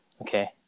Okay